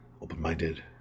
open-minded